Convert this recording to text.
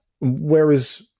Whereas